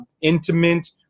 intimate